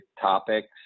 topics